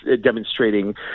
demonstrating